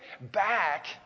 back